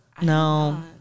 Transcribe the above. No